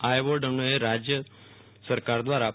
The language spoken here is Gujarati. આ એવોર્ડ અન્વયે રાજ્ય સરકાર દ્વારા રૂ